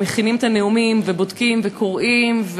ומכינים את הנאומים ובודקים וקוראים,